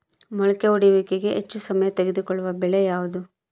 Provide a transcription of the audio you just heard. ಮೊಳಕೆ ಒಡೆಯುವಿಕೆಗೆ ಹೆಚ್ಚು ಸಮಯ ತೆಗೆದುಕೊಳ್ಳುವ ಬೆಳೆ ಯಾವುದು?